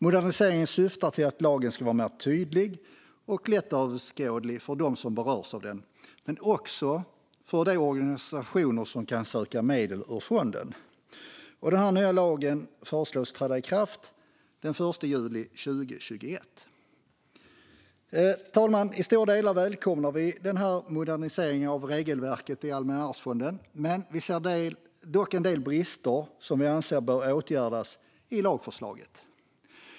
Moderniseringen syftar till att lagen ska bli mer tydlig och lättöverskådlig för dem som berörs av den men också för de organisationer som kan söka medel ur fonden. Den nya lagen föreslås träda i kraft den 1 juli 2021. Herr talman! I stora delar välkomnar vi moderniseringen av regelverket i Allmänna arvsfonden. Vi ser dock en del brister i lagförslaget som vi anser bör åtgärdas.